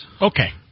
Okay